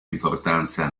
importanza